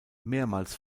mehrmals